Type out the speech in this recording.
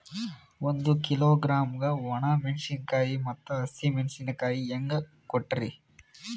ಒಂದ ಕಿಲೋಗ್ರಾಂ, ಒಣ ಮೇಣಶೀಕಾಯಿ ಮತ್ತ ಹಸಿ ಮೇಣಶೀಕಾಯಿ ಹೆಂಗ ಕೊಟ್ರಿ?